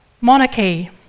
Monarchy